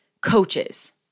coaches